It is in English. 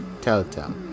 telltale